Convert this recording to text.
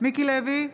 מיקי לוי,